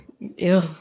Ew